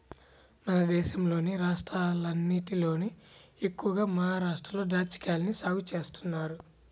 మన దేశంలోని రాష్ట్రాలన్నటిలోకి ఎక్కువగా మహరాష్ట్రలో దాచ్చాకాయల్ని సాగు చేత్తన్నారు